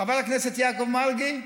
חבר הכנסת יעקב מרגי,